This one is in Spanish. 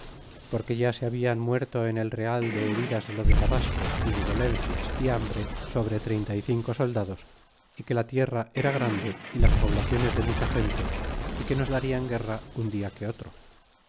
porque ya se hablan muerto en el real de heridas de lo de tabasco y de dolencias y hambre sobre treinta y cinco soldados y que la tierra era grande y las poblaciones de mucha gente a que nos dariau guerra un dia que otro